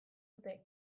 dute